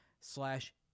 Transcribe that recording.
slash